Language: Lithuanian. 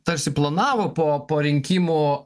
tarsi planavo po po rinkimų